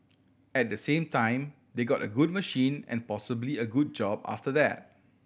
at the same time they got a good machine and possibly a good job after that